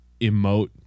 emote